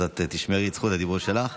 אז תשמרי את זכות הדיבור שלך?